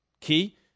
Key